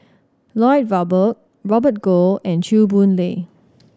Lloyd Valberg Robert Goh and Chew Boon Lay